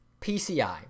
PCI